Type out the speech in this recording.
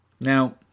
Now